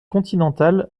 continental